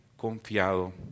confiado